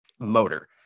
Motor